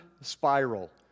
spiral